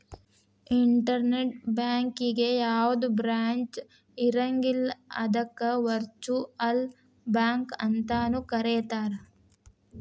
internet ಬ್ಯಾಂಕಿಗೆ ಯಾವ್ದ branch ಇರಂಗಿಲ್ಲ ಅದಕ್ಕ ವರ್ಚುಅಲ್ ಬ್ಯಾಂಕ ಅಂತನು ಕರೇತಾರ